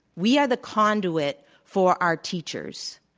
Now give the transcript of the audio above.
we are the conduit for our teachers.